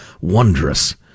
wondrous